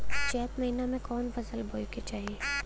चैत महीना में कवन फशल बोए के चाही?